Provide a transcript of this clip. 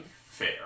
fair